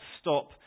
stop